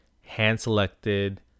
hand-selected